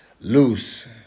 Loose